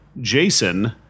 Jason